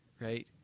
right